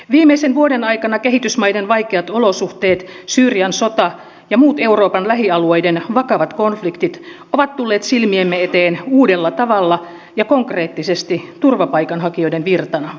viimeisen vuoden aikana kehitysmaiden vaikeat olosuhteet syyrian sota ja muut euroopan lähialueiden vakavat konfliktit ovat tulleet silmiemme eteen uudella tavalla ja konkreettisesti turvapaikanhakijoiden virtana